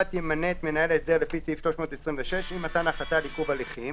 הממונה יפרסם הודעה על החלטה על עיכוב הליכים